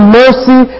mercy